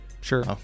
Sure